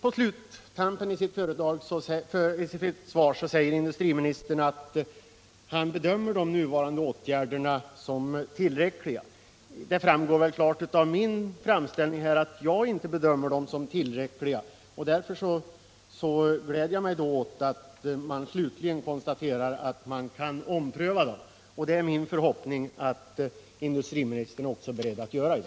I slutet av sitt svar säger industriministern att han bedömer de nuvarande åtgärderna som tillräckliga. Det framgår väl klart av min framställning att jag inte gör det. Därför gläder jag mig åt att industriministern slutligen konstaterar att man kan ompröva besluten om åtgärder. Det är min förhoppning att industriministern också är beredd att göra det.